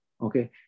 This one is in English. okay